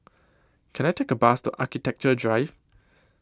Can I Take A Bus to Architecture Drive